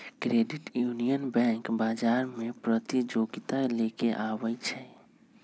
credit union bank बजार में प्रतिजोगिता लेके आबै छइ